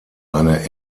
eine